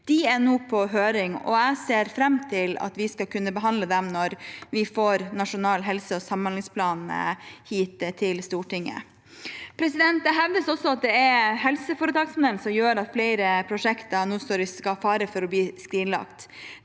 De er nå på høring, og jeg ser fram til at vi skal kunne behandle dem når vi får nasjonal helse- og samhandlingsplan hit til Stortinget. Det hevdes også at det er helseforetaksmodellen som gjør at flere prosjekter nå står i fare for å bli skrinlagt.